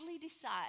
decide